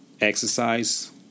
Exercise